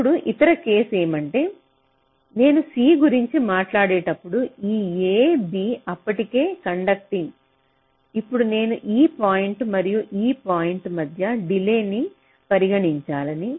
ఇప్పుడు ఇతర కేసు ఏమంటే నేను C గురించి మాట్లాడేటప్పుడు ఈ A B అప్పటికే కండక్టింగ్ ఇప్పుడు నేను ఈ పాయింట్ మరియు ఈ పాయింట్ మధ్య డిలేని పరిగణించాలి